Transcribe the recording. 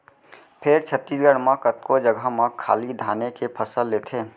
फेर छत्तीसगढ़ म कतको जघा म खाली धाने के फसल लेथें